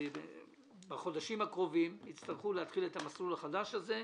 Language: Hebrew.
שיצטרכו בחודשים הקרובים להתחיל את המסלול החדש הזה,